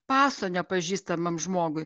paso nepažįstamam žmogui